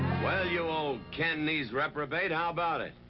well, you old cantonese reprobate, how about it?